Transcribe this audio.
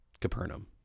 Capernaum